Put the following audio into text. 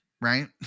right